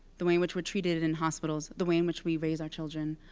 the way in which we're treated in hospitals. the way in which we raise our children.